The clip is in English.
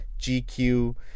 GQ